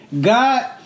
God